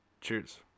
Cheers